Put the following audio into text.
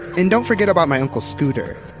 and don't forget about my uncle scooter.